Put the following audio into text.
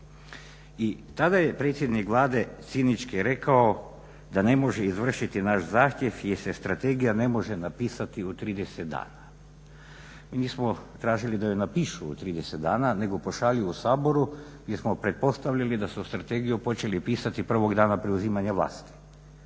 I tada je predsjednik Vlade cinički rekao da ne može izvršiti naš zahtjev jer se strategija ne može napisati u 30 dana. Mi nismo tražili da je napišu u 30 dana nego pošalju Saboru jer smo pretpostavljali da su strategiju počeli pisati prvog dana preuzimanja vlasti.